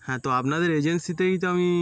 হ্যাঁ তো আপনাদের এজেন্সিতেই তো আমি